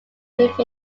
move